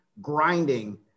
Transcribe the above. grinding